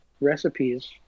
recipes